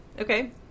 Okay